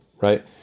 Right